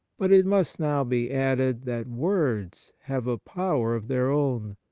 but it must now be added that words have a power of their own,